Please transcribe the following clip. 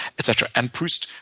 etc. and proust,